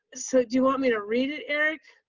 so do you want me to read it, eric?